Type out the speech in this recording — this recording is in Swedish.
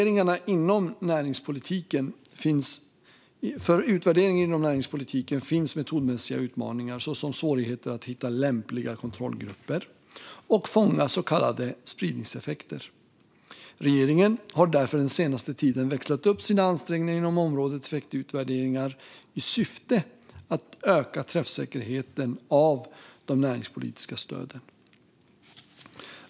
För utvärderingen inom näringspolitiken finns metodmässiga utmaningar såsom svårigheter att hitta lämpliga kontrollgrupper och fånga så kallade spridningseffekter. Regeringen har därför den senaste tiden växlat upp sina ansträngningar inom området effektutvärderingar i syfte att öka träffsäkerheten av de näringspolitiska stöden.